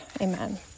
Amen